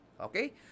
Okay